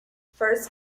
first